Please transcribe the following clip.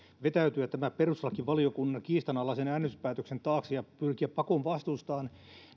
vetäytyä tämän perustuslakivaliokunnan kiistanalaisen äänestyspäätöksen taakse ja pyrkiä pakoon vastuustaan